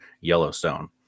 Yellowstone